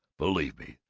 believe me,